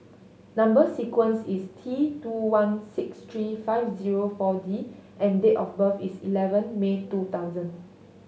number sequence is T two one six three five zero Four D and date of birth is eleven May two thousand